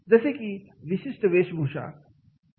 जसे की विशिष्ट वेशभूषा